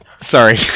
Sorry